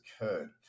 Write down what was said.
occurred